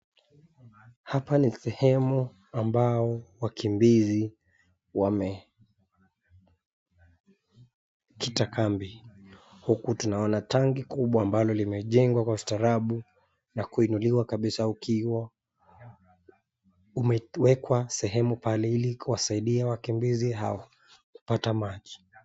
Hapa ni sehemu ambao wakimbizi wamekita kambi. Huku tunaona tangi kubwa ambalo limejengwa kwa ustarabu na kuinuliwa kabisa ukiwa umewekwa sehemu pale ilikuwasaidia wakimbizi hawa kupata maji.